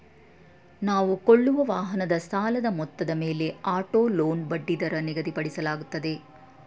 ನಾವು ಕೊಳ್ಳುವ ವಾಹನದ ಸಾಲದ ಮೊತ್ತದ ಮೇಲೆ ಆಟೋ ಲೋನ್ ಬಡ್ಡಿದರ ನಿಗದಿಪಡಿಸಲಾಗುತ್ತದೆ